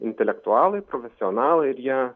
intelektualai profesionalai ir jie